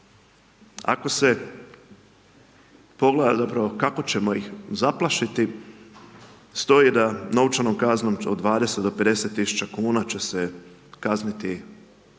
Ako se pogleda, zapravo kako ćemo ih zaplašiti, stoji da novčanom kaznom o d20-50 tisuća kuna će se kazniti